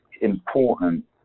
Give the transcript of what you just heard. important